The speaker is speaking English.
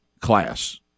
class